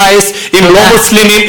ו"דאעש" הם לא מוסלמים,